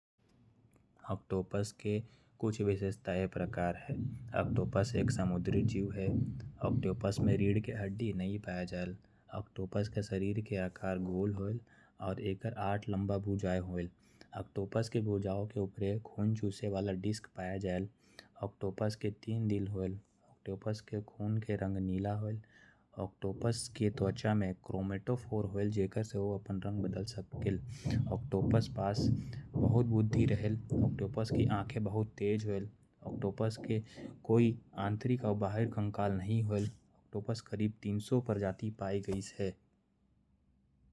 ऑक्टोपस एक समुद्री जीव है। ऑक्टोपस में हड्डी ना पाए जायल ऑक्टोपस गोल होयल। ऑक्टोपस में बहुत भुजा होयल। उम्य खून चूसे वाला डिस्क पाए जायल। ऑक्टोपस के तीन दिल होयल। ऑक्टोपस के खून के कलर नीला होयल। ऑक्टोपस में क्रोमैटफोर पाए जायल। जेकर वजह से ओ रंग बदले में सक्षम होयल। ऑक्टोपस के पास बहुत बुद्धि होयल। एकर लगभग तीन सौ प्रजाति पाए जायल।